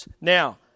Now